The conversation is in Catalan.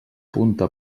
punta